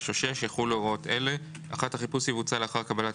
(א)(5) או (6) יחולו הוראות אלה: (1)החיפוש יבוצע לאחר קבלת